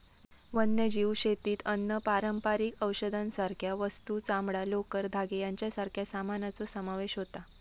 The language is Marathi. वन्यजीव शेतीत अन्न, पारंपारिक औषधांसारखे वस्तू, चामडां, लोकर, धागे यांच्यासारख्या सामानाचो समावेश होता